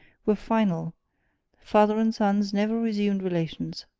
were final father and sons never resumed relations.